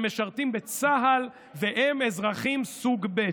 שמשרתים בצה"ל והם אזרחים סוג ב'.